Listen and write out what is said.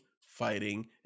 fighting